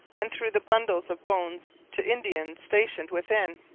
and threw the bundles of bones to indians stationed within,